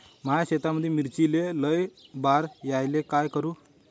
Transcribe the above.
माया शेतामंदी मिर्चीले लई बार यायले का करू?